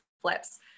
flips